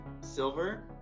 silver